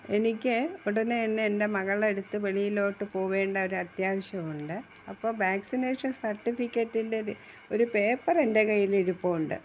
എനിക്ക് ഉടനെ തന്നെ എൻ്റെ മകളുടെ അടുത്ത് വെളിയിലോട്ട് പോവേണ്ട ഒരത്യാവശ്യമുണ്ട് അപ്പോള് വാക്സിനേഷൻ സർട്ടിഫിക്കറ്റിൻറ്റൊര് ഒരു പേപ്പറെൻ്റെ കയ്യിലിരിപ്പുണ്ട്